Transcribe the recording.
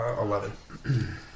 Eleven